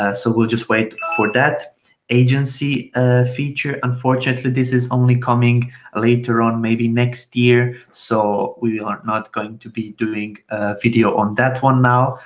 ah so we'll just wait for that agency ah feature, unfortunately this is only coming later on maybe next year so we are not going to be doing a video on that one now,